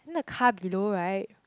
then the car below right